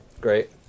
Great